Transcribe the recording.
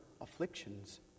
afflictions